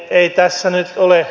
ei tässä nyt ole